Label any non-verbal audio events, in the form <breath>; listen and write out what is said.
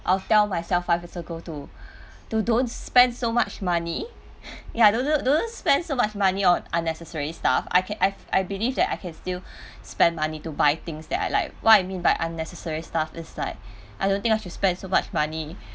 I'll tell myself five years ago to to don't spend so much money <breath> ya don't don't don't spend so much money on unnecessary stuff I can I I believe that I can still spend money to buy things that I like what I mean by unnecessary stuff is like I don't think I should spend so much money